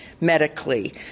medically